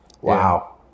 Wow